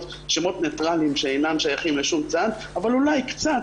הם שמות ניטרליים שאינם שייכים לשום צד אלא אולי קצת,